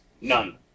None